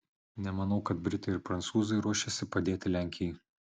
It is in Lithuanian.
nemanau kad britai ir prancūzai ruošiasi padėti lenkijai